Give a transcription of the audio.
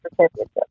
championship